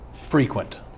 frequent